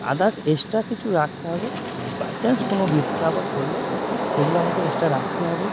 others extra কিছু রাখতে হবে বাই চান্স কোনও বিপদ আপদ পড়লে সেগুলো আমাকে এক্সট্রা রাখতে হবে